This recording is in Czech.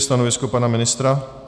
Stanovisko pana ministra?